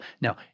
Now